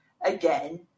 Again